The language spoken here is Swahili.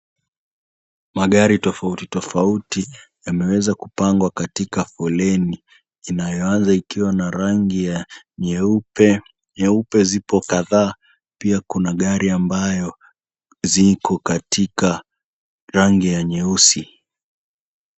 Magari tofauti tofauti yameweza kupangwa katika foleni. Inayoanza ikiwa na rangi ya nyeupe, nyeupe zipo kadhaa. Pia kuna gari ambayo ziko katika rangi ya nyeusi.